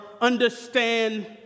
understand